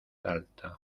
alta